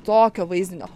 tokio vaizdinio